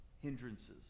hindrances